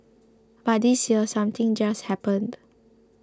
but this year something just happened